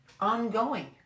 ongoing